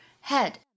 head